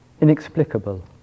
Inexplicable